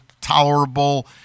tolerable